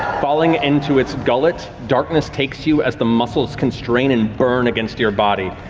falling into its gullet, darkness takes you as the muscles constrain and burn against your body.